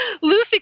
Lucy